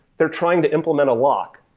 they're trying to implement a lock,